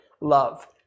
love